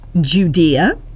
Judea